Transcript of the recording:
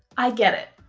i get it!